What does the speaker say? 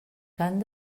cant